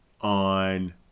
on